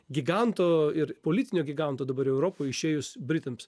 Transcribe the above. giganto ir politinio giganto dabar europoj išėjus britams